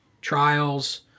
trials